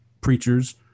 preachers